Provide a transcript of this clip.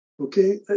Okay